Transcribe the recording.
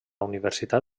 universitat